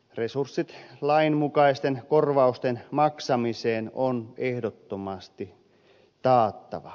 resurssit lain mukaisten korvausten maksamiseen on ehdottomasti taattava